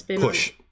push